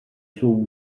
suo